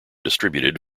distributed